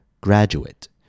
graduate